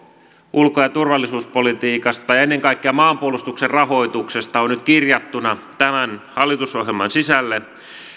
ulko ja turvallisuuspolitiikasta ja ennen kaikkea maanpuolustuksen rahoituksesta on nyt kirjattuna tämän hallitusohjelman sisälle